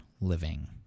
living